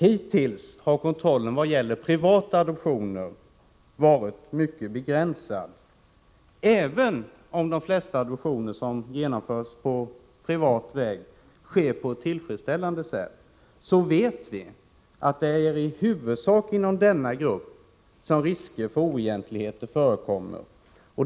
Hittills har kontrollen av privata adoptioner varit mycket begränsad. Även om de flesta adoptioner som genomförs på privat väg sker på ett tillfredsställande sätt, vet vi att det i huvudsak är inom denna grupp som risker för oegentligheter föreligger.